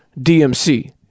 DMC